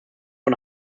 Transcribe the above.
von